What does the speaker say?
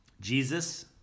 Jesus